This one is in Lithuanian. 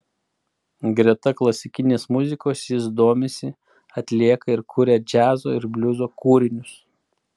greta klasikinės muzikos jis domisi atlieka ir kuria džiazo ir bliuzo kūrinius